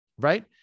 Right